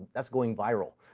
that's going viral,